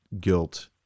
guilt